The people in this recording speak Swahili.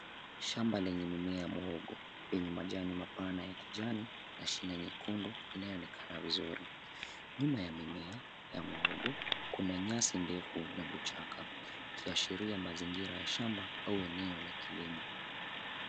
Shamba lenye mumea wa muhigo yenye majani mapana ya kijani na shina nyekundu inayo onekana vizuri nyuma ya mimea ya muhogo kuna nyasi ndefu na vichaka ikiashiria mazingira ya shamba au eneo la kilimo.